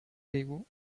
leo